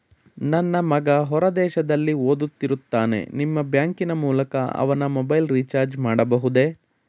ನನ್ನ ಮಗ ಹೊರ ದೇಶದಲ್ಲಿ ಓದುತ್ತಿರುತ್ತಾನೆ ನಿಮ್ಮ ಬ್ಯಾಂಕಿನ ಮೂಲಕ ಅವನ ಮೊಬೈಲ್ ರಿಚಾರ್ಜ್ ಮಾಡಬಹುದೇ?